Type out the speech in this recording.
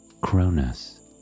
Cronus